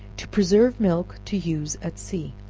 to preserve milk to use at sea.